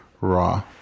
raw